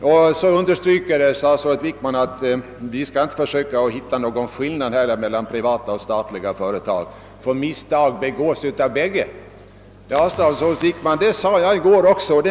Sedan understryker statsrådet Wickman att vi inte skall försöka hitta några skillnader mellan privata och statliga företag, eftersom misstag begås av dem bägge. Ja, statsrådet Wickman, det sade också jag i går.